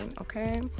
okay